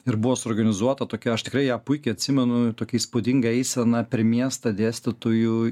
ir buvo suorganizuota tokia aš tikrai ją puikiai atsimenu tokia įspūdinga eisena per miestą dėstytojų